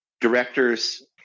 directors